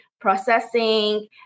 processing